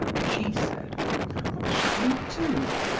she said what shall we do?